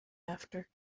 after